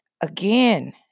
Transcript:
Again